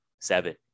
seven